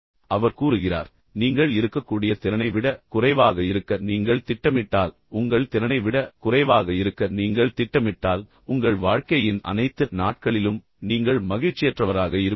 அவர் கூறுகிறார் நீங்கள் இருக்கக்கூடிய திறனை விட குறைவாக இருக்க நீங்கள் திட்டமிட்டால் உங்கள் திறனை விட குறைவாக இருக்க நீங்கள் திட்டமிட்டால் உங்கள் வாழ்க்கையின் அனைத்து நாட்களிலும் நீங்கள் மகிழ்ச்சியற்றவராக இருப்பீர்கள்